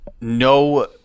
no